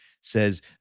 says